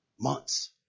months